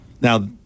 Now